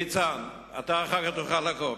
ניצן, אתה אחר כך תוכל לקום.